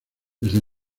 desde